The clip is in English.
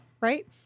right